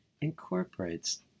incorporates